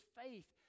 faith